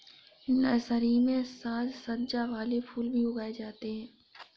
nursery में साज सज्जा वाले फूल भी उगाए जाते हैं